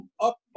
up